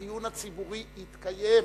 הדיון הציבורי יתקיים.